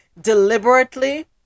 deliberately